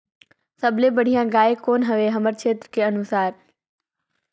सबले बढ़िया गाय कौन हवे हमर क्षेत्र के अनुसार?